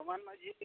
Doman Majhi